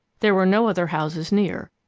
there were no other houses near,